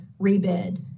rebid